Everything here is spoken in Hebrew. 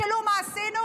תשאלו מה עשינו.